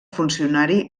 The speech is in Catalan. funcionari